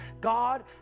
God